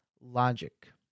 logic